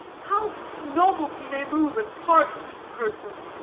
how novelties may move, and parts with person,